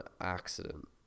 accident